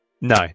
No